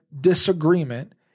disagreement